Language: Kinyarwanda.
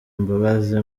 mbabazi